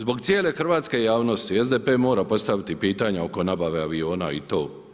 Zbog cijele hrvatske javnosti SDP mora postaviti pitanje oko nabave aviona i to.